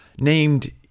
Named